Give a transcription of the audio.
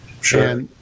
Sure